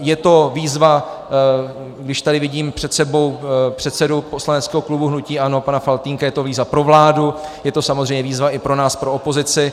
Je to výzva, když tady vidím před sebou předsedu poslaneckého klubu hnutí ANO pana Faltýnka, je to výzva pro vládu, je to samozřejmě výzva i pro nás, pro opozici.